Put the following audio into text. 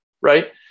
right